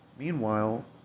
Meanwhile